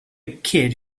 kid